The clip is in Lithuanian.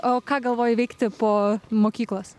o ką galvoji veikti po mokyklos